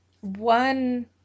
one